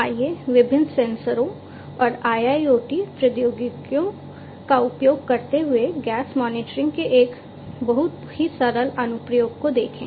आइए विभिन्न सेंसरों और IIoT प्रौद्योगिकियों का उपयोग करते हुए गैस मॉनिटरिंग के एक बहुत ही सरल अनुप्रयोग को देखें